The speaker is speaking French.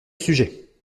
sujet